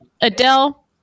Adele